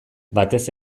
batez